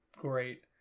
great